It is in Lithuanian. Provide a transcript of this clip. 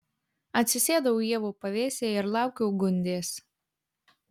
atsisėdau ievų pavėsyje ir laukiau gundės